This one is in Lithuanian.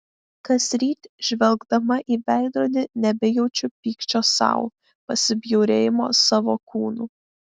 kasryt žvelgdama į veidrodį nebejaučiu pykčio sau pasibjaurėjimo savo kūnu